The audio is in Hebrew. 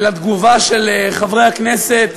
ולתגובה של חברי הכנסת,